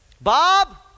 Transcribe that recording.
bob